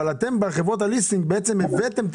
אבל אתם בחברות הליסינג בעצם הבאתם את